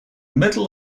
middle